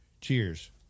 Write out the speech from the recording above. cheers